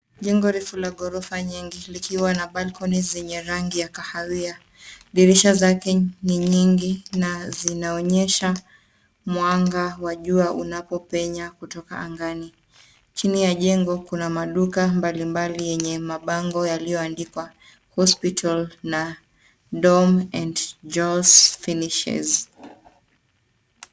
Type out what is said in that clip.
Jengo refu la ghorofa nyingi, likiwa na balcony zenye rangi ya kahawia. Dirisha zake ni nyingi na zinaonyesha mwanga wa jua unapopenya kutoka angani. Chini ya jengo, kuna maduka mbalimbali yenye mabango yaliyoandikwa HOSPITAL na DOM & JOS FINISHES.